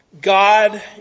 God